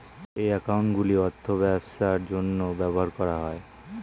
এই অ্যাকাউন্টগুলির অর্থ ব্যবসার জন্য ব্যবহার করা হয়